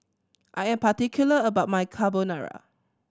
I am particular about my Carbonara